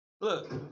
Look